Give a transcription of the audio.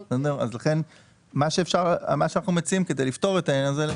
גם עלה כאן העניין של מתי אלה 90 ימים ומתי אלה 60 ימים,